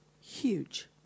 Huge